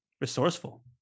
resourceful